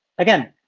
again,